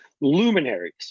luminaries